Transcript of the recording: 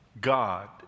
God